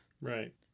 Right